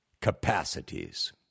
capacities